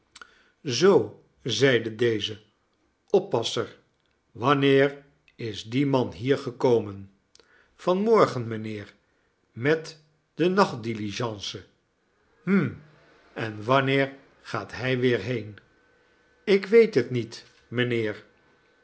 zoo zeide deze oppasser wanneerisdie man hier gekomen van morgen mijnheer met de nachtdiligence hm en wanneer gaat hij weer heen ik weet het niet mijnheer